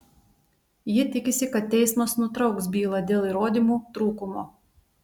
ji tikisi kad teismas nutrauks bylą dėl įrodymų trūkumo